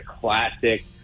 classic